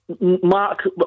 Mark